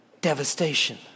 Devastation